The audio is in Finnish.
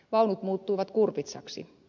vaunut muuttuivat kurpitsaksi